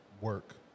work